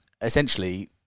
essentially